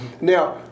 Now